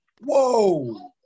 Whoa